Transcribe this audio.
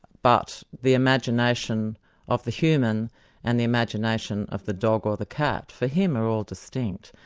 but the imagination of the human and the imagination of the dog or the cat, for him are all distinct.